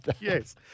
Yes